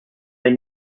hay